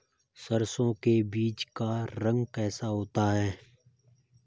सरसों के बीज का रंग कैसा होता है?